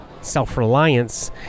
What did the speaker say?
self-reliance